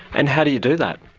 and how do you do that?